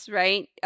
right